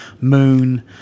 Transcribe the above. Moon